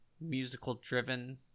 musical-driven